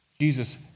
Jesus